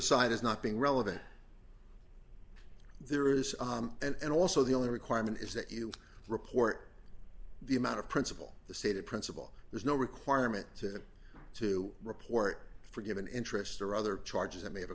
side is not being relevant there is and also the only requirement is that you report the amount of principal the stated principal there's no requirement to to report forgiven interest or other charges that may have a